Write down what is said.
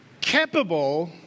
capable